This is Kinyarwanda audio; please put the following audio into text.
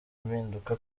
mpinduka